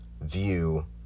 view